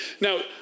Now